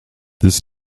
this